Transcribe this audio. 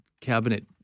Cabinet